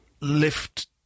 lift